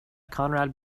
conrad